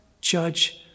judge